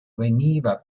veniva